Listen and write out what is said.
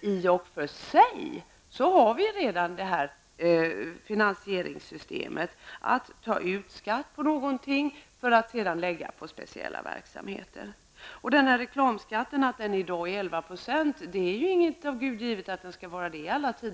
I och för sig har vi alltså redan det här finansieringssystemet, dvs. att ta ut skatt på någonting för att sedan lägga pengarna på en speciell verksamhet. Reklamskatten är, som sagt, 11 %. Men att den procentsatsen skall gälla för evigt är inget av Gud givet.